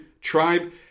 tribe